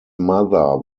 mother